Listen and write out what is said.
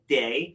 day